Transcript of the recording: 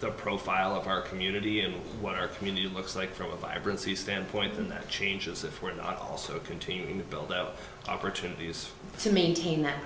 the profile of our community and what our community looks like from the vibrancy standpoint and that changes if we're not also continuing the build out opportunities to maintain that